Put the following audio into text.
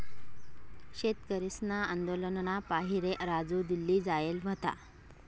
शेतकरीसना आंदोलनना पाहिरे राजू दिल्ली जायेल व्हता